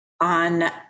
on